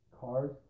Cars